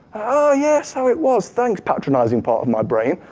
ah yeah, so it was. thanks, patronizing part of my brain.